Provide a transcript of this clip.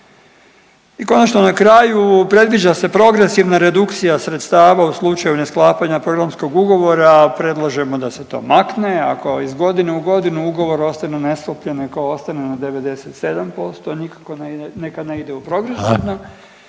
I konačno na kraju predviđa se progresivna redukcija sredstava u slučaju nesklapanja programskog ugovora, a predlažemo da se to makne ako iz godine u godinu ugovor ostanu nesklopljen neka ostane na 97% nikako, neka ne ide u progresivno